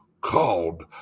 called